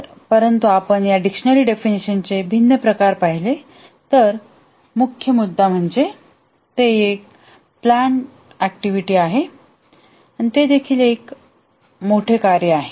परंतु आपण या डिक्शनरी डेफिनेशनचे भिन्न प्रकार पाहिले तर मुख्य मुद्दा म्हणजे ते एक नियोजित काम आहे आणि ते देखील एक मोठे कार्य आहे